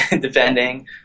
depending